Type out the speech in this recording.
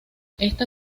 esta